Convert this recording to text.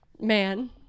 man